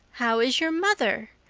how is your mother?